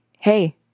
Hey